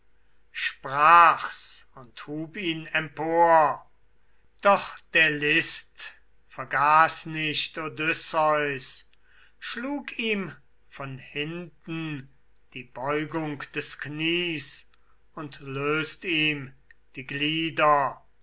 sprach's und hub ihn empor doch der list vergaß nicht odysseus schlug ihm von hinten die beugung des knies und löst ihm die glieder